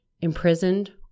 imprisoned